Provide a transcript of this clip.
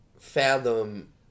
fathom